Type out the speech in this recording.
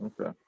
Okay